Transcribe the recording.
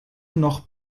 noch